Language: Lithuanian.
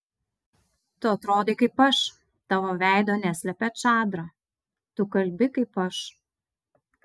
tu atrodai kaip aš tavo veido neslepia čadra tu kalbi kaip aš